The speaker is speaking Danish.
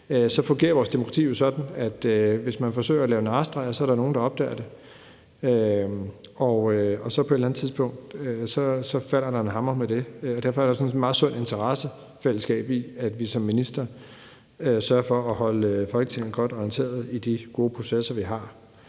på, fungerer vores demokrati jo sådan, at hvis man forsøger at lave narrestreger, så er der nogle, der opdager det, og så falder der på et eller andet tidspunkt en hammer på grund af det. Derfor er der sådan et meget sundt interessefællesskab i, at vi som ministre sørger for at holde Folketinget godt orienteret i de gode processer, vi har.